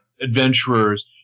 adventurers